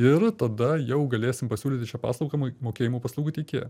ir tada jau galėsim pasiūlyti šią paslaugą ir mokėjimo paslaugų teikėjam